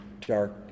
dark